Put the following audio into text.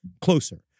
closer